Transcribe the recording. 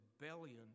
rebellion